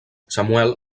samuel